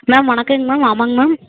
ma'am வணக்கங்க ma'am ஆமாங்க ma'am